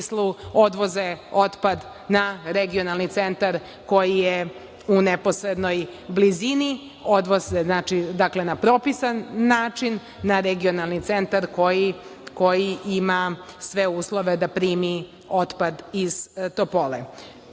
odvoze otpad na regionalni centar koji je u neposrednoj blizini, odvoze na propisan način na regionalni centar koji ima sve uslove da primi otpad iz Topole. Uskoro